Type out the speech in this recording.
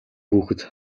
хүүхэд